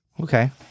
Okay